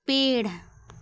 पेड़